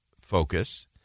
focus